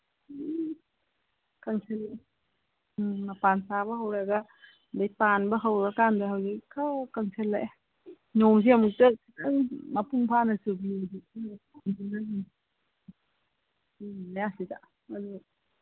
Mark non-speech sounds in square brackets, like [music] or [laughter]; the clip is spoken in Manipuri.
[unintelligible] ꯀꯪꯁꯤꯜꯂꯛꯑꯦ ꯎꯝ ꯃꯄꯥꯟ ꯁꯥꯕ ꯍꯧꯔꯒ ꯂꯣꯏ ꯄꯥꯟꯕ ꯍꯧꯔꯀꯥꯟꯗ ꯍꯧꯖꯤꯛ ꯈꯛ ꯀꯪꯁꯤꯜꯂꯛꯑꯦ ꯅꯣꯡꯁꯦ ꯑꯃꯨꯛꯇꯪ ꯈꯤꯇꯪ ꯃꯄꯨꯡ ꯐꯥꯅ ꯆꯨꯕꯤꯔꯗꯤ [unintelligible]